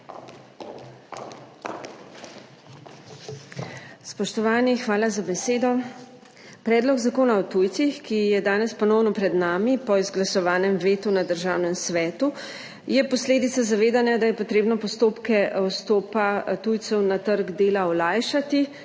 Spoštovani! Hvala za besedo. Predlog Zakona o tujcih, ki je danes ponovno pred nami po izglasovanem vetu na Državnem svetu, je posledica zavedanja, da je potrebno postopke vstopa tujcev na trg dela olajšati,